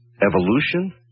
Evolution